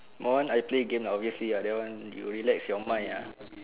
my one I play game lah obviously lah that one you relax your mind ah